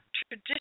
tradition